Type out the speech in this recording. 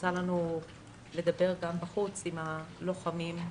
יצא לנו לדבר בחוץ עם הלוחמים,